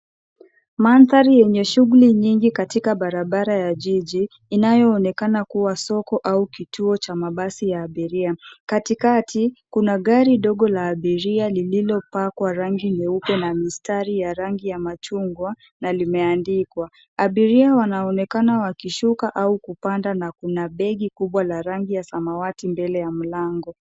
Mandhari yenye shughuli nyingi katika barabara ya jiji inayoonekana kuwa soko au kituo cha mabasi ya abiria. Katikati, kuna gari dogo la abiria lililopakwa rangi nyeupe na mistari ya rangi ya machungwa na limeandikwa. Abiria wanaoenakana wakishuka au kupanda na kuna begi kubwa la rangi ya samawati mbele ya mlango.